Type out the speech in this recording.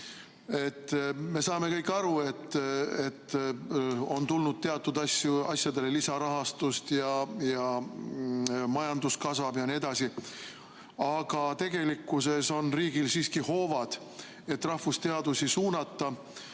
Me saame kõik aru, et on tulnud teatud asjadele lisarahastust ja majandus kasvab jne, aga tegelikkuses on riigil siiski hoovad, et rahvusteadusi suunata.